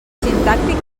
sintàctic